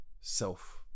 self